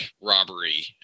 robbery